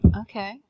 Okay